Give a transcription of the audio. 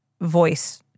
voice